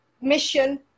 mission